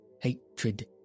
hatred